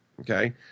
okay